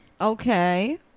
Okay